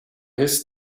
his